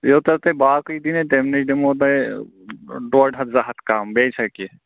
یوٗتاہ تۄہہِ باقٕے دِینَو تَمہِ نِش دِمَو تۄہہِ ڈۅڈ ہَتھ زٕ ہَتھ کَم بیٚیہِ چھا کیٚنٛہہ